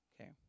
Okay